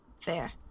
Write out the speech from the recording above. fair